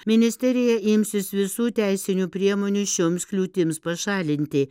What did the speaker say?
ministerija imsis visų teisinių priemonių šioms kliūtims pašalinti